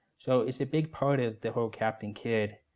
so it's a big part of the whole captain kidd